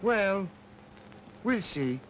well we see